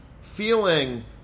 feeling